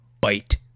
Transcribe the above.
bite